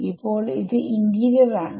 ഇപ്പോൾ ഇന്റീരിയർ ൽ ആണ്